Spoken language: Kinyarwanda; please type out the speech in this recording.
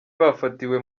bafatiwe